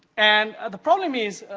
and, the problem is,